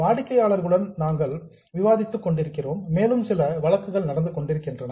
வாடிக்கையாளர்களுடன் நாங்கள் ஆர்கியூமெண்ட் விவாதித்துக் கொண்டிருக்கிறோம் மேலும் சில வழக்குகள் நடந்து கொண்டிருக்கின்றன